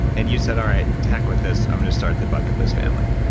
and you said all right, to heck with this, i'm going to start the bucket list family.